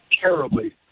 terribly